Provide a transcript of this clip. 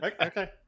okay